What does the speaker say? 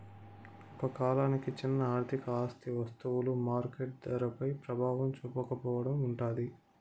ఒక కాలానికి చిన్న ఆర్థిక ఆస్తి వస్తువులు మార్కెట్ ధరపై ప్రభావం చూపకపోవడం ఉంటాది